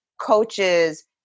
coaches